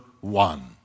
one